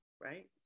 right